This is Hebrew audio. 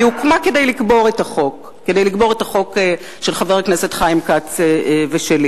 היא הוקמה כדי לקבור את החוק של חבר הכנסת חיים כץ ושלי.